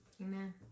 Amen